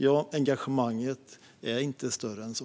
Jo, engagemanget är inte större än så.